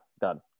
done